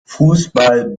fußball